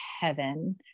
heaven